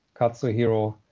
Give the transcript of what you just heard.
Katsuhiro